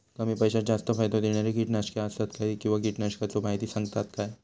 कमी पैशात जास्त फायदो दिणारी किटकनाशके आसत काय किंवा कीटकनाशकाचो माहिती सांगतात काय?